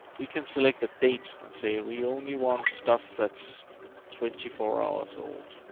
we can select a date and say we only want stuff that's twenty four hours old,